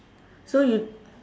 so you